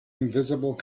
invisible